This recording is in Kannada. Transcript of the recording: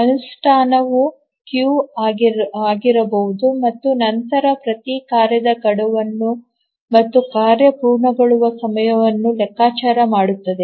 ಅನುಷ್ಠಾನವು ಕ್ಯೂ ಆಗಿರಬಹುದು ಮತ್ತು ನಂತರ ಪ್ರತಿ ಕಾರ್ಯದ ಗಡುವನ್ನು ಮತ್ತು ಕಾರ್ಯ ಪೂರ್ಣಗೊಳ್ಳುವ ಸಮಯವನ್ನು ಲೆಕ್ಕಾಚಾರ ಮಾಡುತ್ತದೆ